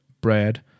bread